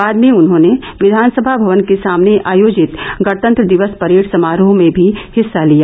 बाद में उन्होंने विधानसभा भवन के सामने आयोजित गणतंत्र दिवस परेड समारोह में भी हिस्सा लिया